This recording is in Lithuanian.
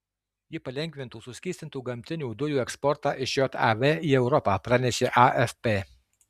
ji palengvintų suskystintų gamtinių dujų eksportą iš jav į europą pranešė afp